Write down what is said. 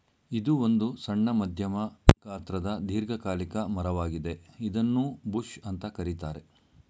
ಇದು ಒಂದು ಸಣ್ಣ ಮಧ್ಯಮ ಗಾತ್ರದ ದೀರ್ಘಕಾಲಿಕ ಮರ ವಾಗಿದೆ ಇದನ್ನೂ ಬುಷ್ ಅಂತ ಕರೀತಾರೆ